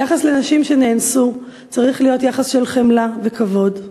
היחס לנשים שנאנסו צריך להיות יחס של חמלה וכבוד.